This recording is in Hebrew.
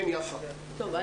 יפה, בבקשה.